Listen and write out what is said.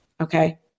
okay